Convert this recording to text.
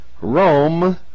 Rome